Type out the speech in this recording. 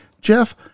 Jeff